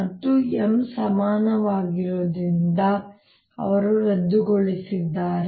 ಮತ್ತು M ಸಮವಾಗಿರುವುದರಿಂದ ಅವರು ರದ್ದುಗೊಳಿಸಲಿದ್ದಾರೆ